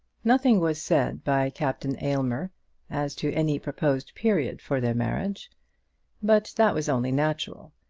nothing was said by captain aylmer as to any proposed period for their marriage but that was only natural.